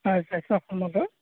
হয় স্ৱাস্থ্য সমলয়